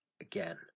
again